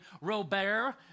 Robert